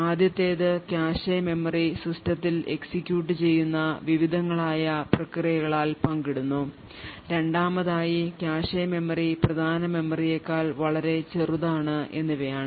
ആദ്യത്തേതു cache memory സിസ്റ്റത്തിൽ execute ചെയ്യുന്ന വിവിധങ്ങളായ പ്രക്രിയകളാൽ പങ്കിടുന്നു രണ്ടാമതായി കാഷെ മെമ്മറി പ്രധാന മെമ്മറിയേക്കാൾ വളരെ ചെറുതാണ് എന്നിവയാണ്